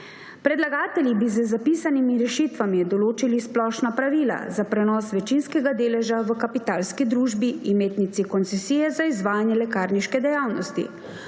Predlagatelji bi z zapisanimi rešitvami določili splošna pravila za prenos večinskega deleža v kapitalski družbi imetnici koncesije za izvajanje lekarniške dejavnosti,